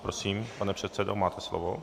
Prosím, pane předsedo, máte slovo.